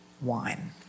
wine